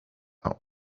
out